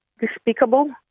despicable